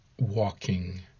walking